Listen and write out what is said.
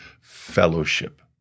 fellowship